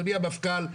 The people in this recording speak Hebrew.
אדוני המפכ"ל,